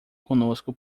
conosco